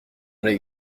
les